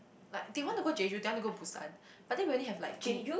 like they want to go Jeju they want to go Busan but then we only have like two